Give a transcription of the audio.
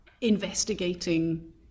investigating